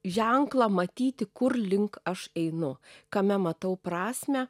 ženklą matyti kurlink aš einu kame matau prasmę